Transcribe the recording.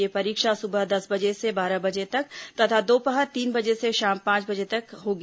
यह परीक्षा सुबह दस से बारह बजे तक तथा दोपहर तीन बजे से शाम पांच बजे तक होगी